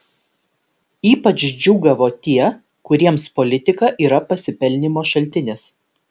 ypač džiūgavo tie kuriems politika yra pasipelnymo šaltinis